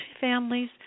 families